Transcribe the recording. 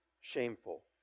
shameful